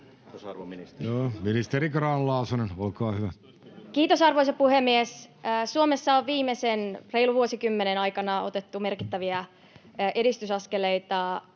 Kiitos, arvoisa puhemies! Suomessa on viimeisen reilun vuosikymmenen aikana otettu merkittäviä edistysaskeleita